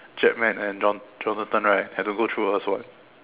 japman and Jon~ Jonathan right have to go through us [what]